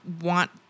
want